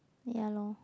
ya lor